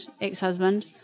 ex-husband